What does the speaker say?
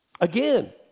Again